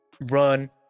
run